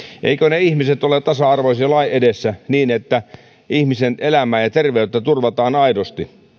eivätkö ihmiset ole tasa arvoisia lain edessä niin että ihmisen elämää ja ja terveyttä turvataan aidosti